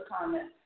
comments